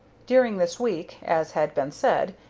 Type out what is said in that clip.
during this week, as has been said,